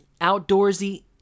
Outdoorsy